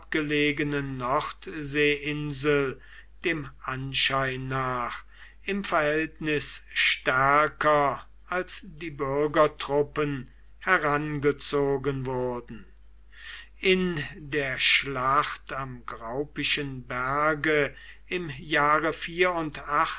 abgelegenen nordseeinsel dem anschein nach im verhältnis stärker als die bürgertruppen herangezogen wurden in der schlacht am graupischen berge im jahre